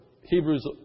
Hebrews